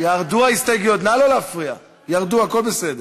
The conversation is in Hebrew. קסניה סבטלובה, איילת נחמיאס ורבין,